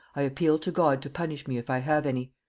i appeal to god to punish me if i have any.